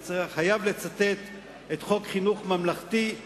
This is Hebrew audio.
אני חייב לצטט את חוק חינוך ממלכתי,